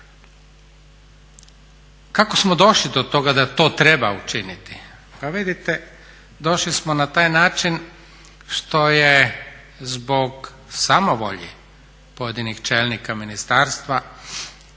Kako smo došli do toga da to treba učiniti?